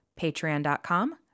patreon.com